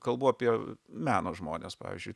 kalbu apie meno žmones pavyzdžiui